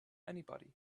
anybody